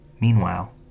Meanwhile